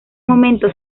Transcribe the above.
momento